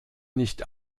nicht